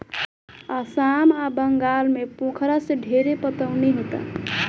आसाम आ बंगाल में पोखरा से ढेरे पटवनी होता